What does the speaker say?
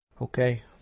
Okay